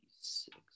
six